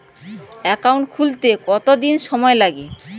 Account খুলতে কতদিন সময় লাগে?